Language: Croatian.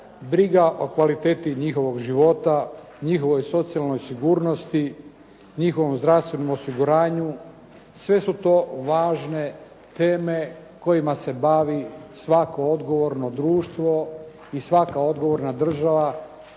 Briga o kvaliteti njihovog života, njihovoj socijalnoj sigurnosti, njihovom zdravstvenom osiguranju, sve su to važne teme kojima se bavi svako odgovorno društvo i svaka odgovorna država